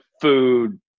food